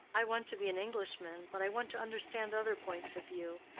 i want to be an englishman, but i want to understand other points of view.